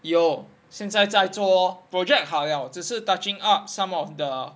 有现在在做 lor project 好 liao 只是 touching up some of the